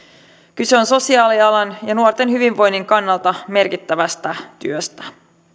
kyse on sosiaalialan ja nuorten hyvinvoinnin kannalta merkittävästä työstä